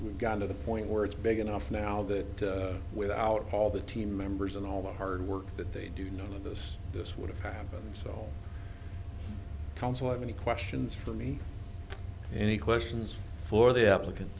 we've got to the point where it's big enough now that without all the team members and all the hard work that they do none of this this would have happened so counsel have any questions for me any questions for the applicant